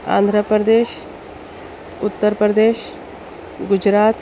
Andhra Pradesh Uttar Pradesh Gujarat